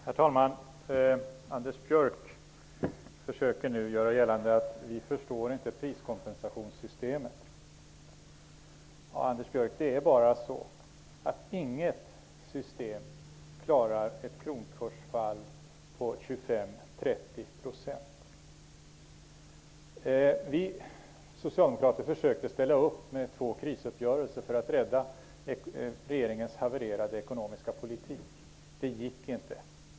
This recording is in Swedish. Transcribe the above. Herr talman! Anders Björck försöker nu göra gällande att vi inte förstår priskompensationssystemet. Inget system klarar ett kronkursfall på 25--30 %. Vi socialdemokrater försökte ställa upp med två krisuppgörelser för att rädda regeringens havererade ekonomiska politik. Det gick inte.